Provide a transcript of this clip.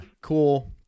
cool